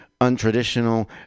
untraditional